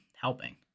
helping